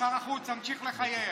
שר החוץ, תמשיך לחייך.